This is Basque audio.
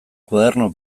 koaderno